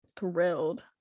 Thrilled